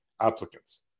applicants